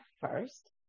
first